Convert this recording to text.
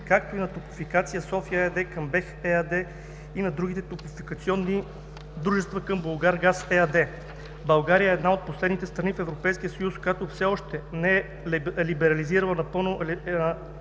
както и на „Топлофикация София“ ЕАД към БЕХ ЕАД и на другите топлофикационни дружества към „Булгаргаз“ ЕАД. България е една от последните страни в Европейския съюз, която все още не е либерализирала напълно